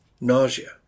nausea